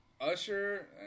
Usher